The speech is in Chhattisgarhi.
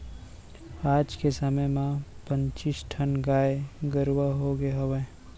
आज के समे म पच्चीस ठन गाय गरूवा होगे हवय